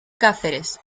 cáceres